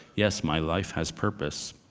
yes, my life has purpose,